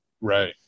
Right